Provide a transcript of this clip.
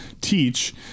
teach